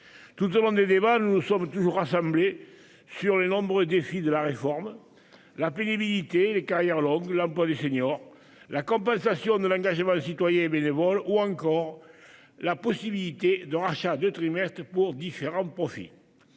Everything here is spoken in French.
Tout au long des débats, nous nous sommes toujours rassemblés sur les nombreux défis de la réforme : la pénibilité, les carrières longues, l'emploi des seniors, la compensation de l'engagement citoyen et bénévole, ou encore la possibilité de rachat de trimestres pour différents profils.